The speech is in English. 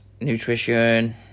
nutrition